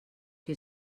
que